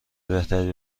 بهتری